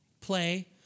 Play